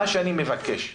מה שאני מבקש,